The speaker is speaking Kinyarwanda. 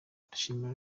ndashimira